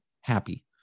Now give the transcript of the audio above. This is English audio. happy